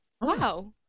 Wow